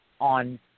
on